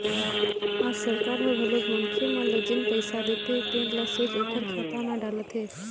आज सरकार ह घलोक मनखे मन ल जेन पइसा देथे तेन ल सोझ ओखर खाता म डालत हे